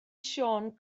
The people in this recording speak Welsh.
siôn